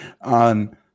on